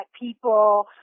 people